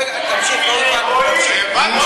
רגע, תמשיך, לא,